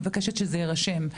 אני מבקשת שזה יירשם.